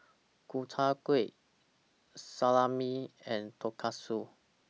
Gobchang Gui Salami and Tonkatsu